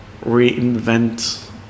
reinvent